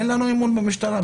אין לנו אמון במשטרה.